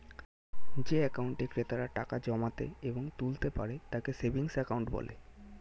যে অ্যাকাউন্টে ক্রেতারা টাকা জমাতে এবং তুলতে পারে তাকে সেভিংস অ্যাকাউন্ট বলে